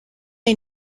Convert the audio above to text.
est